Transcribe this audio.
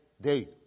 day